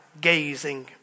gazing